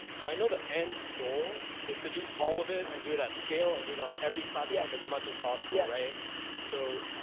so i know the end goal is to do all of it and do it at scale and do it on every platform as much as possible yeah right so,